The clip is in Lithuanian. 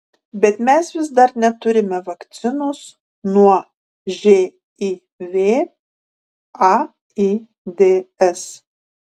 bet mes vis dar neturime vakcinos nuo živ aids